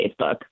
Facebook